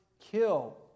kill